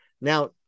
Now